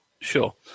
Sure